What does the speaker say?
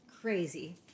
crazy